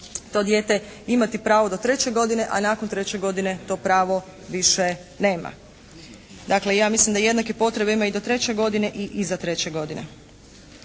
to dijete imati pravo do treće godine, a nakon treće godine to pravo više nema. Dakle ja mislim da jednake potrebe ima i do treće godine i iza treće godine.